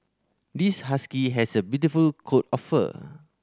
this husky has a beautiful coat of fur